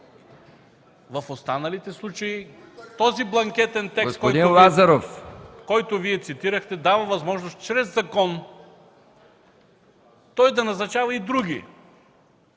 В останалите случаи този бланкетен текст, който Вие цитирахте, дава възможност чрез закон той да назначава и други